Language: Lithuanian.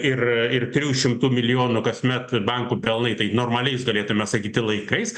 ir ir trijų šimtų milijonų kasmet bankų pelnai tai normaliais galėtume sakyti laikais